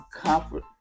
comfort